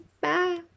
Bye